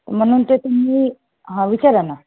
म्हणून ते तुम्ही हां विचारा ना